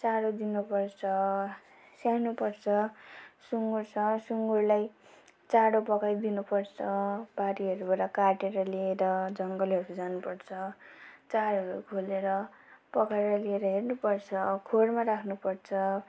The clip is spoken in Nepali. चारो दिनुपर्छ स्याहार्नु पर्छ सुँगुर छ सुँगुरलाई चारो पकाइ दिनुपर्छ बारीहरूबाट काटेर ल्याएर जङ्गलहरू जानुपर्छ चारोहरू घोलेर पकाएर लिएर हेर्नुपर्छ खोरमा राख्नुपर्छ